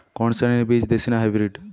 কোন শ্রেণীর বীজ দেশী না হাইব্রিড?